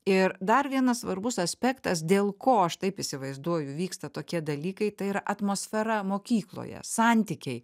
ir dar vienas svarbus aspektas dėl ko aš taip įsivaizduoju vyksta tokie dalykai tai yra atmosfera mokykloje santykiai